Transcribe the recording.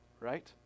right